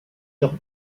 jean